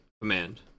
command